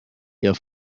ihr